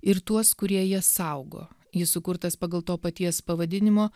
ir tuos kurie jas saugo jis sukurtas pagal to paties pavadinimo